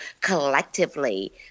collectively